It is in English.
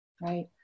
right